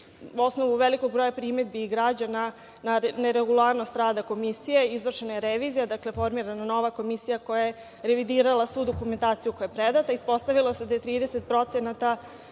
Na osnovu velikog broja primedbi građana na regularnost rada komisije izvršena je revizija, dakle, formirana je nova komisija koja je revidirala svu dokumentaciju koja je preneta. Ispostavilo se da je 30%